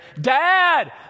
dad